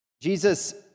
Jesus